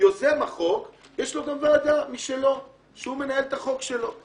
ליוזם החוק יש גם ועדה משלו שבה הוא מנהל את החוק שלו.